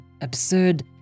absurd